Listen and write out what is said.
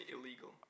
illegal